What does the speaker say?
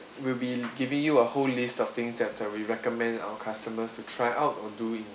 we'll be l~ giving you a whole list of things that uh we recommend our customers to try out or do in